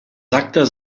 actes